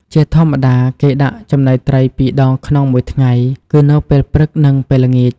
ជាធម្មតា គេដាក់ចំណីត្រី ២ ដងក្នុងមួយថ្ងៃ គឺនៅពេលព្រឹក និងពេលល្ងាច។